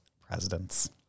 presidents